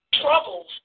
troubles